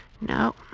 No